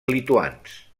lituans